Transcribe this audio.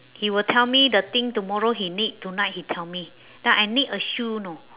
he will tell me the thing tomorrow he need tonight he tell me like I need a shoe know